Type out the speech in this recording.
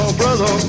brother